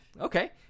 okay